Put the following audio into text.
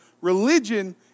religion